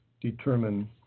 determine